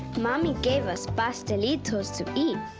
mommy gave us pastelitos to eat,